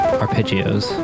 arpeggios